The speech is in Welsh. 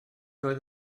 oedd